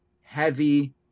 heavy